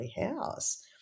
House